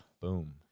Boom